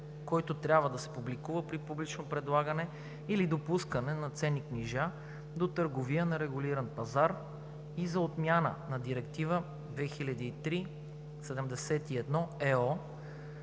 който трябва да се публикува при публично предлагане или допускане на ценни книжа до търговия на регулиран пазар и за отмяна на Директива 2003/71/ЕО,